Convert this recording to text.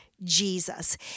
Jesus